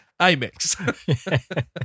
Amex